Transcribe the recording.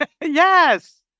Yes